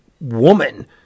woman